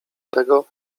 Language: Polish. tego